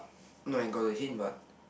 no I got hint but